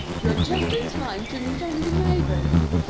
you are just in time to meet our new neighbours.